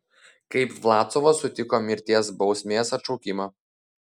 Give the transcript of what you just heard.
kaip vlasovas sutiko mirties bausmės atšaukimą